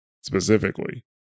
specifically